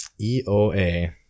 EOA